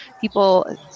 people